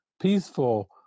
peaceful